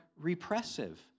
repressive